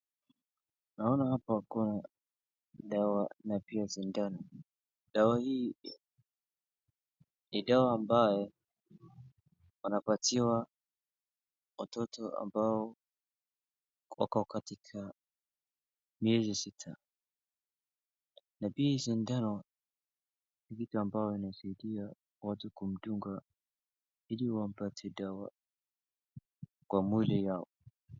Naona hapa kuna dawa na pia sindano, dawa hii ni dawa ambaye wanapatiwa watoto ambao wako katika miezi sita, na pia hii sindano ni kitu ambayo inasaidia watu kumdunga ili wapate dawa kwa mwili yao.